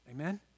Amen